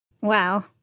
Wow